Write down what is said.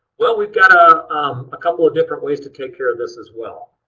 well we've got a couple of different ways to take care of this as well.